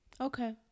Okay